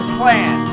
plan